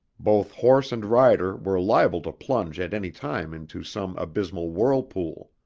both horse and rider were liable to plunge at any time into some abysmal whirlpool.